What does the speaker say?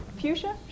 fuchsia